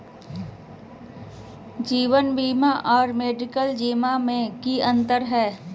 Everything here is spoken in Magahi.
जीवन बीमा और मेडिकल जीवन बीमा में की अंतर है?